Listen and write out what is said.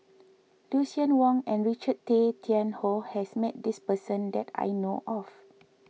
Lucien Wang and Richard Tay Tian Hoe has met this person that I know of